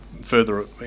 further